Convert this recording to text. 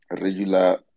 regular